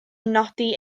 nodi